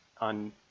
on